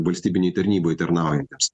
valstybinėj tarnyboj tarnaujantiems